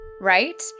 right